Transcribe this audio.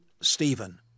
Stephen